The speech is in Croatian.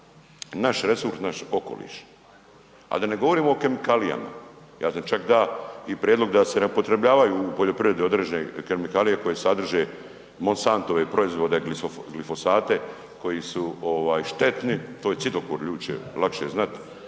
naš resurs, naš okoliš. A da ne govorimo o kemikalijama. Ja sam čak da i prijedlog da se ne upotrebljavaju u poljoprivredni određene kemikalije koje sadrže Monsantove proizvode glifosate koji su ovaj štetni to je cidokor ljudi će lakše znat